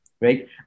right